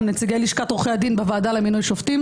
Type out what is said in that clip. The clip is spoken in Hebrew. נציגי לשכת עורכי הדין בוועדה למינוי שופטים,